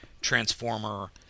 transformer